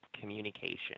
communication